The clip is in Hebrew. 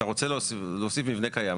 אתה רוצה להוסיף מבנה קיים,